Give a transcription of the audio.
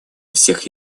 всех